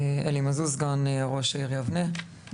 אלי מזוז, סגן ראש עיריית יבנה.